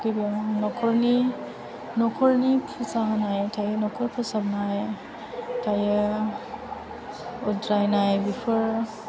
गिबियाव न'खरनि न'खरनि फुजा होनाय थायो न'खर फोसाबनाय थायो उद्रायनाय बेफोर